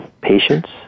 patients